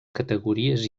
categories